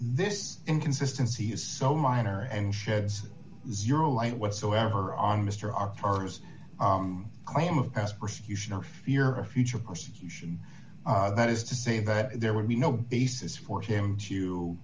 this inconsistency is so minor and sheds zero light whatsoever on mr r r is a claim of as persecution or fear a future prosecution that is to say that there would be no basis for him to